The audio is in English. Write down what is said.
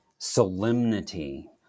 solemnity